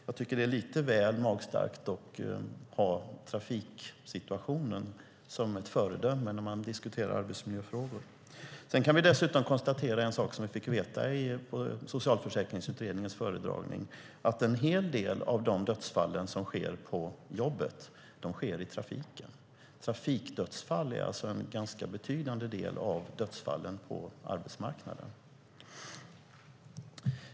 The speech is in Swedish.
Jag tycker att det är lite väl magstarkt att ha trafiksituationen som ett föredöme när man diskuterar arbetsmiljöfrågor. Sedan kan vi dessutom konstatera en sak som jag fick veta på Socialförsäkringsutredningens föredragning: En hel del av de dödsfall som sker på jobbet sker i trafiken. Trafikdödsfall är alltså en ganska betydande del av dödsfallen på arbetsmarknaden.